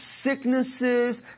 sicknesses